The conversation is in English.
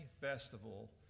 Festival